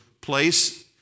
place